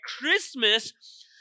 Christmas